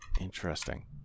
Interesting